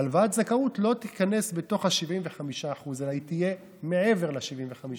הלוואת הזכאות לא תיכנס בתוך ה-75% אלא היא תהיה מעבר ל-75%.